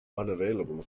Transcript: unavailable